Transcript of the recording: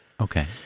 Okay